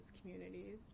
communities